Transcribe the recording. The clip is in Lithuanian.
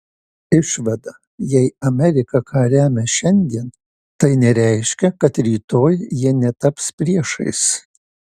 išvada jei amerika ką remia šiandien tai nereiškia kad rytoj jie netaps priešais